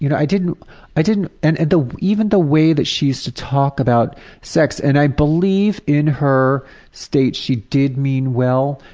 you know i didn't i didn't and and even the way that she used to talk about sex. and i believe in her state she did mean well,